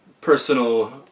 personal